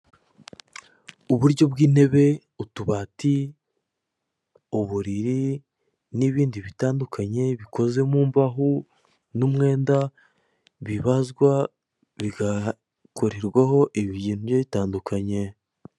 Uburyo bw'intebe, utubati, uburiri n'ibindi bitandukanye bikoze mu mbaho n'umwenda bibazwa bigakorerwaho ibintu bigiye bitandukanye.